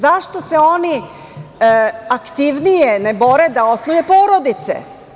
Zašto se oni aktivnije ne bore da osnuju porodice?